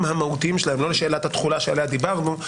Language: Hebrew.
המהותיים שלהם לא לשאלת התחולה שעליה דיברנו,